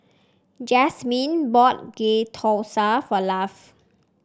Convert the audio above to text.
Jazmine bought Ghee Thosai for Lafe